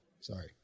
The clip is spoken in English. Sorry